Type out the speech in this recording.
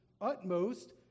utmost